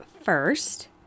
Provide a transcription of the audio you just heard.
first